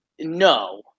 no